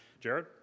Jared